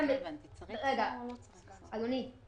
אדוני,